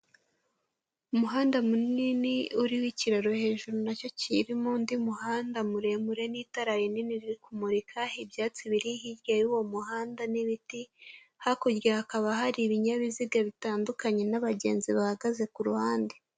Umuhanda munini uriho ikiraro hejuru nacyo kirimo undi muhanda muremure n'itara rinini riri kumurika, ibyatsi biri hirya y'uwo muhanda n'ibiti, hakurya hakaba hari ibinyabiziga bitandukanye n'abagenzi bahagaze ku ruhande.